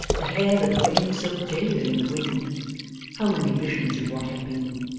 the hair that waved so gaily in the wind how many visions of what had been,